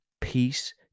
peace